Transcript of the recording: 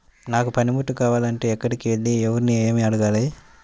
నాకు పనిముట్లు కావాలి అంటే ఎక్కడికి వెళ్లి ఎవరిని ఏమి అడగాలి?